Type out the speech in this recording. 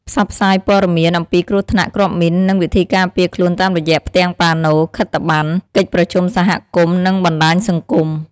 ផ្សព្វផ្សាយព័ត៌មានអំពីគ្រោះថ្នាក់គ្រាប់មីន និងវិធីការពារខ្លួនតាមរយៈផ្ទាំងប៉ាណូ ខិត្តប័ណ្ណ កិច្ចប្រជុំសហគមន៍ និងបណ្ដាញសង្គម។